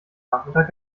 nachmittag